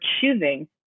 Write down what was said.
choosing